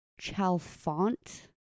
Chalfont